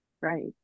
right